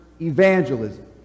evangelism